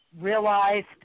realized